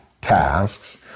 tasks